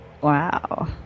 Wow